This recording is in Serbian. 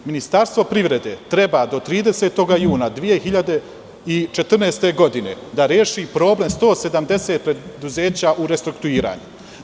Ministarstvo privrede treba do 30. juna 2014. godine da reši problem 170 preduzeća u restrukturiranju.